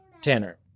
Tanner